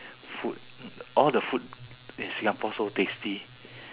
food uh all the food in singapore so tasty